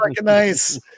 nice